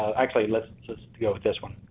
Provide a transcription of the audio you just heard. actually, let's just go with this one.